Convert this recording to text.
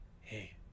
Hey